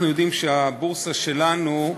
אנחנו יודעים שבבורסה שלנו,